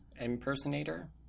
impersonator